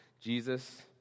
Jesus